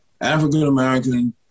African-American